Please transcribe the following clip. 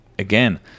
again